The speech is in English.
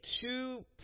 two